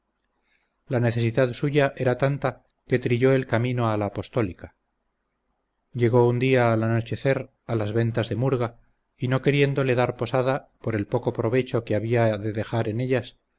la necesidad suya era tanta que trilló el camino a la apostólica llegó un día al anochecer a las ventas de murga y no queriéndole dar posada por el poco provecho que había de dejar en ellas